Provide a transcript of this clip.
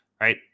Right